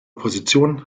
opposition